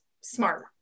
smart